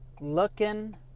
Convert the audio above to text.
looking